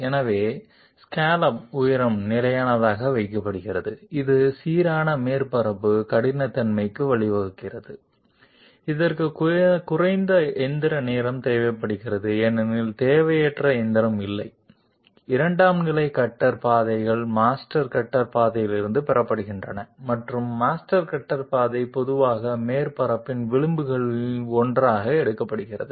எனவே ஸ்காலப் உயரம் நிலையானதாக வைக்கப்படுகிறது இது சீரான மேற்பரப்பு கடினத்தன்மைக்கு வழிவகுக்கிறது இதற்கு குறைந்த எந்திர நேரம் தேவைப்படுகிறது ஏனெனில் தேவையற்ற எந்திரம் இல்லை இரண்டாம் நிலை கட்டர் பாதைகள் மாஸ்டர் கட்டர் பாதையிலிருந்து பெறப்படுகின்றன மற்றும் மாஸ்டர் கட்டர் பாதை பொதுவாக மேற்பரப்பின் விளிம்புகளில் ஒன்றாக எடுக்கப்படுகிறது